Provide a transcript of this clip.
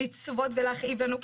לצבוט ולהכאיב לנו,